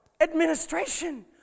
administration